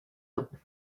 ans